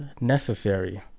necessary